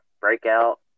Breakout